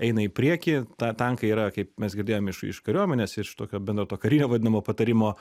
eina į priekį ta tankai yra kaip mes girdėjom iš iš kariuomenės iš tokio bendro to karinio vadinamo patarimo